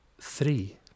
three